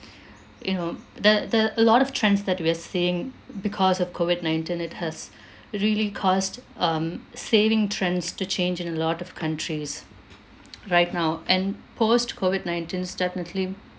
you know the the a lot of trends that we are seeing because of COVID nineteen it has really caused um saving trends to change in a lot of countries right now and post COVID-nineteen's definitely